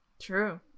True